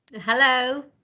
hello